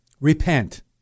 Repent